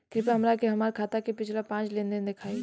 कृपया हमरा के हमार खाता के पिछला पांच लेनदेन देखाईं